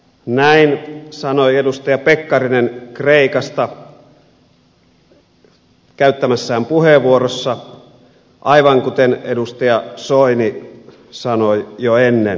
näin sanoi edustaja pekkarinen kreikasta käyttämässään puheenvuorossa aivan kuten edustaja soini sanoi jo ennen eduskuntavaaleja